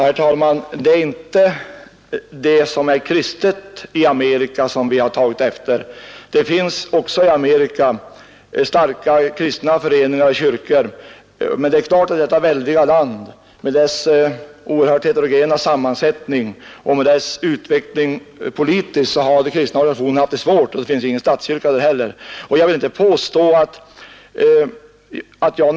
Herr talman! Det är inte det som är kristet i Amerika som vi har tagit efter. Också i Amerika finns starka kristna föreningar och kyrkor. Men det är klart att de kristna organisationerna i detta väldiga land med dess politiska utveckling och oerhört heterogena sammansättning haft det svårt. Någon statskyrka finns inte heller där.